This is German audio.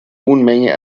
unmenge